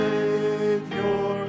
Savior